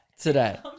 today